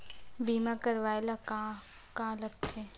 बीमा करवाय ला का का लगथे?